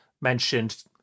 mentioned